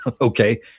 Okay